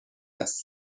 است